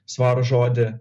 svarų žodį